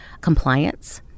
compliance